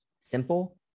simple